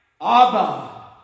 Abba